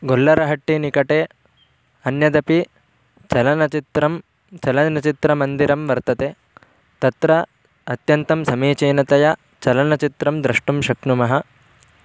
गोल्लरहट्टिनिकटे अन्यदपि चलनचित्रं चलचनचित्रमन्दिरं वर्तते तत्र अत्यन्तं समीचीनतया चलनचित्रं द्रष्टुं शक्नुमः